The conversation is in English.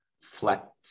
flat